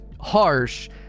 harsh